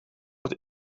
het